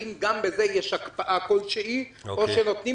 האם גם בזה יש הקפאה כלשהי או שנותנים